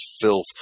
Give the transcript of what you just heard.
filth